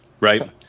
right